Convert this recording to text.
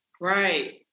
Right